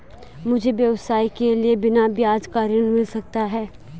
मुझे व्यवसाय के लिए बिना ब्याज का ऋण मिल सकता है?